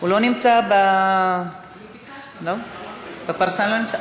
הוא לא נמצא, בפרסה הוא לא נמצא?